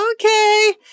Okay